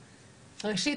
ראשית,